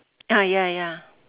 ah ya ya